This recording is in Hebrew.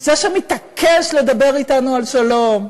זה שמתעקש לדבר אתנו על שלום,